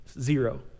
Zero